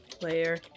player